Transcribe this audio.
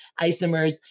isomers